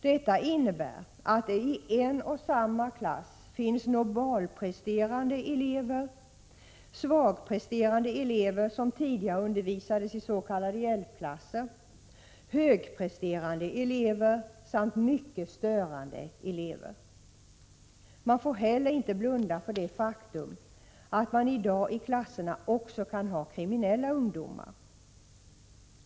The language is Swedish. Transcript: Detta innebär att det i en och samma klass finns normalpresterande elever, svagpresterande elever, vilka tidigare undervisades i s.k. hjälpklasser, högpresterande elever samt mycket störande elever. Man får heller inte blunda för det faktum att det i dag i klasserna också finns kriminella ungdomar.